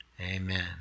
Amen